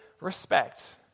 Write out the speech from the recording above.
respect